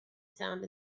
sound